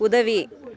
உதவி